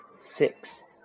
six